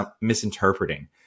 misinterpreting